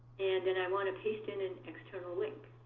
and then i want to paste in an external link.